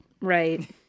Right